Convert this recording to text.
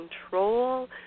control